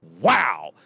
wow